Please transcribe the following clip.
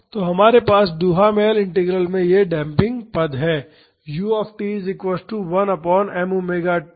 तो हमारे पास डुहामेल इंटीग्रल में यह डेम्पिंग पद है